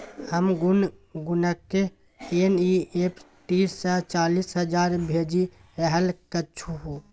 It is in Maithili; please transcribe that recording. हम गुनगुनकेँ एन.ई.एफ.टी सँ चालीस हजार भेजि रहल छलहुँ